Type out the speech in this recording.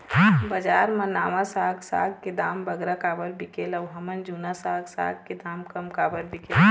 बजार मा नावा साग साग के दाम बगरा काबर बिकेल अऊ हमर जूना साग साग के दाम कम काबर बिकेल?